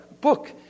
book